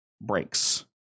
breaks